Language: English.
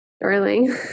darling